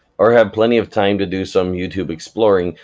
or have plenty of time to do some youtube exploring,